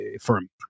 firm